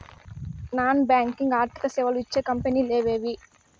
Non banking ఆర్థిక సేవలు ఇచ్చే కంపెని లు ఎవేవి?